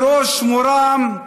בראש מורם,